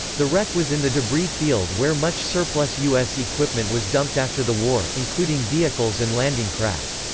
the wreck was in the debris field where much surplus u s. equipment was dumped after the war, including vehicles and landing craft.